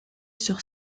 sur